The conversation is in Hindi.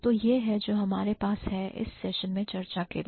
तो यह है जो हमारे पास है इस सेशन में चर्चा के लिए